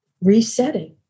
resetting